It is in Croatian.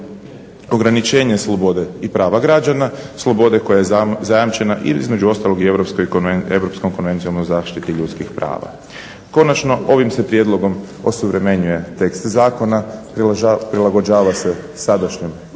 ograničenje slobode i prava građana, slobode koja je zajamčena između ostalog i Europskom konvencijom o zaštiti ljudskih prava. Konačno, ovim se prijedlogom osuvremenjuje tekst zakona, prilagođava se sadašnjem